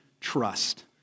trust